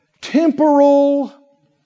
temporal